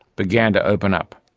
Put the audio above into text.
began to open up.